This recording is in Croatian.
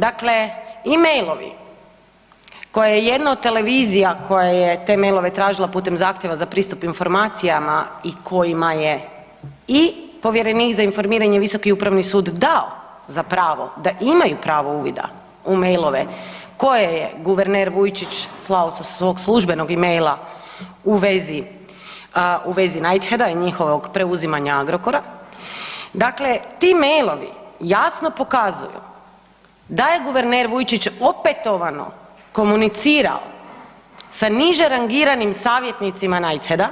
Dakle, e-mailovi koji je jedna od televizija koja je te mailove tražila putem zahtjeva za pristup informacijama i kojima je i povjerenik za informiranje i Visoki upravni sud dao za pravo da imaju pravo uvida u mailove koje je guverner Vujčić slao sa svog službenog e-maila u vezi Knightheada i njihovog preuzimanja Agrokora, dakle ti mailovi jasno pokazuju da je guverner Vujčić opetovano komunicirao sa niže rangiranim savjetnicima Knightheada,